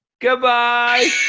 goodbye